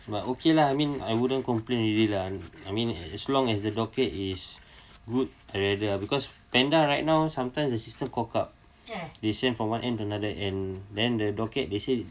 but okay lah I mean I wouldn't complain already lah I mean as long as the market is good already lah because panda right now sometimes the system cock up they send from one end to another end and then the docket they say